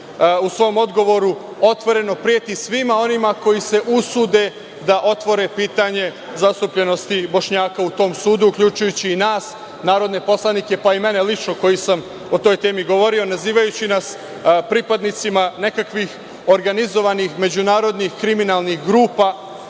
u svom odgovoru otvoreno preti svima onima koji se usude da otvore pitanje zastupljenosti Bošnjaka u tom sudu, uključujući i nas narodne poslanike, pa i mene lično koji sam o toj temi govorio, nazivajući nas pripadnicima nekakvih organizovanih međunarodnih kriminalnih grupa